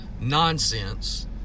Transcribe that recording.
nonsense